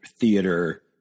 theater